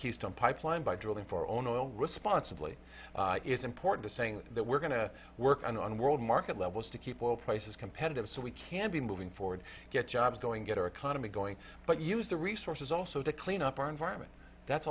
keystone pipeline by drilling for own oil responsibly is important to saying that we're going to work on world market levels to keep oil prices competitive so we can be moving forward get jobs going get our economy going but use the resources also to clean up our environment that's